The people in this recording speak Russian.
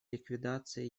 ликвидации